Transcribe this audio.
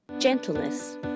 Gentleness